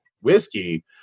whiskey